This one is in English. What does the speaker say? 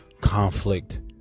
conflict